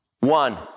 One